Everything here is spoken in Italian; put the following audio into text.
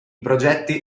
progetti